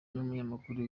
n’umunyamakuru